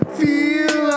feel